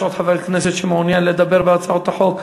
יש עוד חבר כנסת שמעוניין לדבר בהצעות החוק?